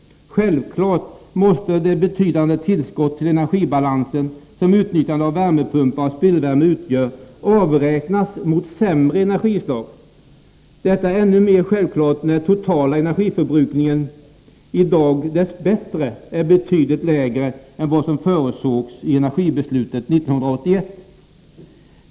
Självfallet måste det betydande tillskott till energibalansen som utnyttjande av värmepumpar och spillvärme utgör avräknas mot ”sämre energislag”. Detta är ännu mera självklart när den totala energiförbrukningen i dag dess bättre är betydligt lägre än vad som förutsågs i energibeslutet 1981.